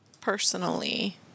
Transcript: personally